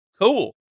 cool